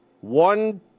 one